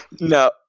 no